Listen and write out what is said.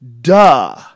Duh